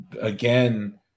again